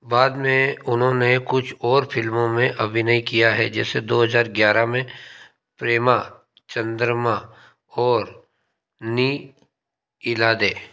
बाद में उन्होंने कुछ और फिल्मों में अभिनय किया है जैसे दो हज़ार ग्यारह में प्रेमा चंद्रमा और नी इल्लाड़े